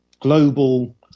global